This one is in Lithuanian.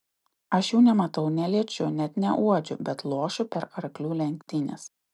aš jų nematau neliečiu net neuodžiu bet lošiu per arklių lenktynes